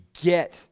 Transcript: get